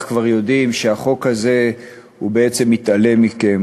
כבר יודעים: החוק הזה בעצם מתעלם מכם,